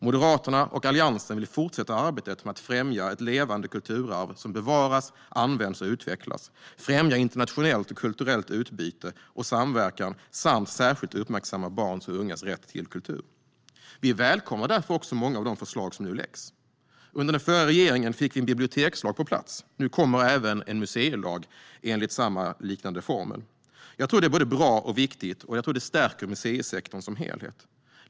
Moderaterna och Alliansen vill fortsätta arbetet med att främja ett levande kulturarv som bevaras, används och utvecklas, främja internationellt och kulturellt utbyte och samverkan samt särskilt uppmärksamma barns och ungas rätt till kultur. Vi välkomnar därför också många av de förslag som nu läggs fram. Under den förra regeringen fick vi en bibliotekslag på plats. Nu kommer även en museilag enligt en liknande formel. Jag tror att det är både bra och viktigt, och jag tror att det stärker museisektorn som helhet.